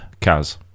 Kaz